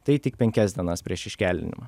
tai tik penkias dienas prieš iškeldinimą